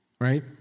right